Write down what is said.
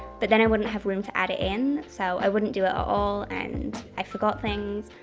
but then i wouldn't have room to add it in so i wouldn't do it all and i forgot things.